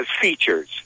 features